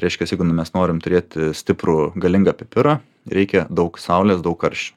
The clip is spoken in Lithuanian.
reiškiasi jeigu mes norim turėti stiprų galingą pipirą reikia daug saulės daug karščio